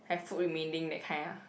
have food remaining that kind ah